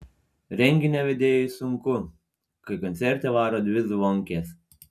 renginio vedėjui sunku kai koncerte varo dvi zvonkės